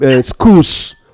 Schools